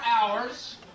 hours